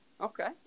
Okay